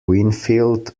winfield